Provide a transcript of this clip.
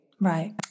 Right